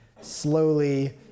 slowly